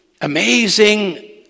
amazing